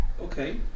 okay